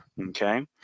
Okay